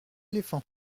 éléphants